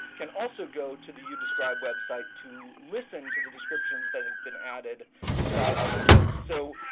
can also go to the youdescribe website to listen to the descriptions that have been added by other folks. so